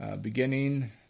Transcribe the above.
beginning